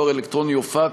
דואר אלקטרוני או פקס,